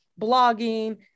blogging